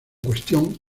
cuestión